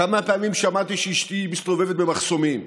כמה פעמים שמעתי שאשתי מסתובבת במחסומים,